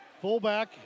Fullback